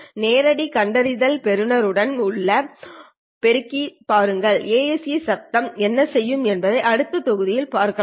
நேரடி கண்டறிதல் பெறுதல் உடன் உள்ள ஆபெருக்கி பாருங்கள் ASE சத்தம் என்ன செய்யும் என்பதை அடுத்த தொகுதியில் பார்க்கலாம்